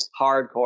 hardcore